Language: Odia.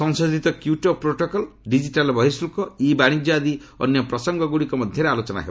ସଂଶୋଧିତ କ୍ୟୁଟୋପ୍ରୋଟକଲ ଡିଜିଟାଲ୍ ବର୍ହିଶୁଳ୍କ ଇ ବାଶିଜ୍ୟ ଆଦି ଅନ୍ୟ ପ୍ରସଙ୍ଗଗୁଡ଼ିକ ଉପରେ ମଧ୍ୟ ଆଲୋଚନା ହେବ